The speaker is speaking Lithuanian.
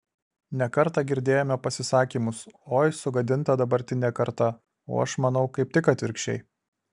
ne kartą girdėjome pasisakymus oi sugadinta dabartinė karta o aš manau kaip tik atvirkščiai